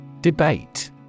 Debate